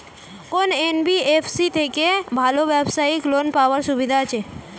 কোন এন.বি.এফ.সি থেকে ভালো ব্যবসায়িক লোন পাওয়ার সুবিধা আছে?